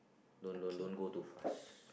don't don't don't go too fast